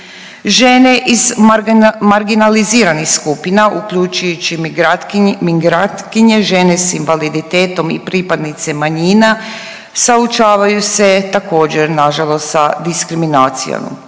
Žene iz marginaliziranih skupina uključujući migrantkinje, žene s invaliditetom i pripadnice manjina, suočavaju se također na žalost sa diskriminacijom.